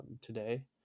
today